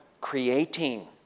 creating